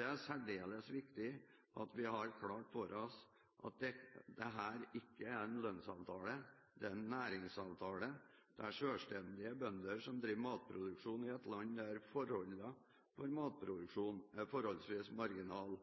Det er særdeles viktig at vi har klart for oss at dette ikke er en lønnsavtale. Dette er en næringsavtale der selvstendige bønder som driver matproduksjon i et land der forholdene for